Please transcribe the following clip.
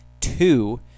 Two